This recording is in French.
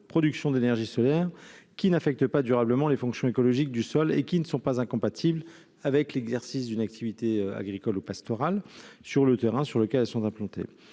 production d'énergie solaire qui n'affectent pas durablement les fonctions écologiques du sol et qui ne sont pas incompatibles avec l'exercice d'une activité agricole ou pastorale sur le terrain sur lequel elles sont implantées.